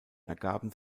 ergaben